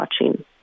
watching